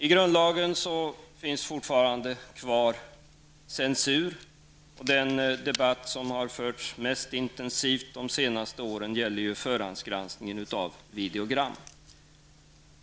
I grundlagen finns det fortfarande kvar bestämmelser om censur. Den debatt som har varit mest intensiv under de senaste åren har ju gällt förhandsgranskningen av videogram.